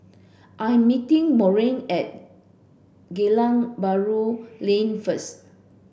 I'm meeting Monroe at Geylang Bahru Lane first